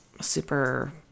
super